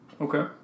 Okay